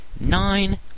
nine